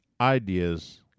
ideas